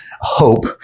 hope